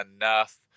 enough